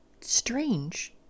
strange